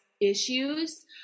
issues